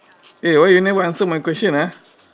eh why you never answer my question ah